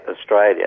Australia